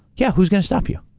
yeah, who's going to stop you.